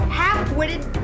half-witted